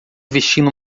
vestindo